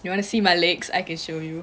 you want to see my legs I can show you